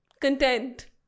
content